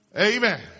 Amen